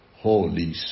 Holy